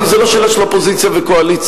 זו לא שאלה של אופוזיציה וקואליציה,